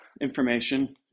information